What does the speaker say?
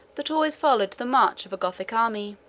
that always followed the march of a gothic army.